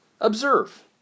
observe